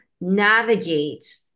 navigate